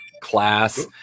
class